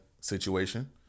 situation